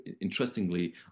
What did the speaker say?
interestingly